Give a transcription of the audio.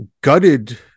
gutted